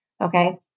okay